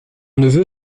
neveu